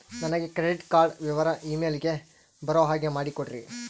ನನಗೆ credit card ವಿವರ email ಗೆ ಬರೋ ಹಾಗೆ ಮಾಡಿಕೊಡ್ರಿ?